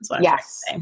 Yes